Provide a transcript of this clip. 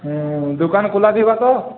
ହୁଁ ଦୁକାନ ଖୁଲାଥିବ ତ